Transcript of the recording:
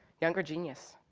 younger genius.